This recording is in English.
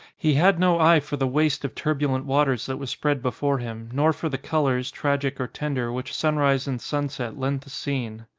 he had no eye for the waste of turbulent waters that was spread before him, nor for the colours, tragic or tender, which sunrise and sunset lent the scene.